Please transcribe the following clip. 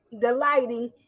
delighting